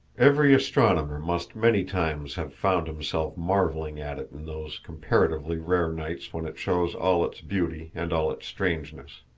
every astronomer must many times have found himself marveling at it in those comparatively rare nights when it shows all its beauty and all its strangeness.